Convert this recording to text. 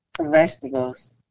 Vegetables